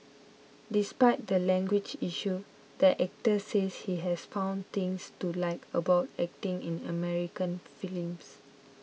despite the language issue the actor says he has found things to like about acting in American films